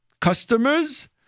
customers